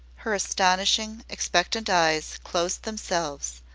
her astonishing, expectant eyes closed themselves,